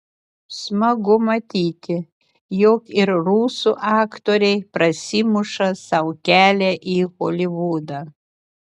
smagu matyti jog ir rusų aktoriai prasimuša sau kelią į holivudą